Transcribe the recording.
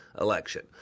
election